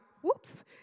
whoops